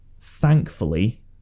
thankfully